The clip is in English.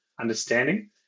understanding